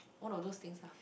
one of those things ah